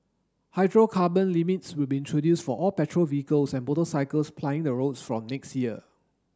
hydrocarbon limits will be introduced for all petrol vehicles and motorcycles plying the roads from next year